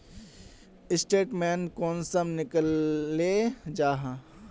Statement कुंसम निकले जाहा?